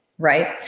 Right